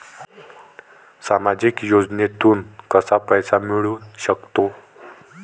सामाजिक योजनेतून कसा पैसा मिळू सकतो?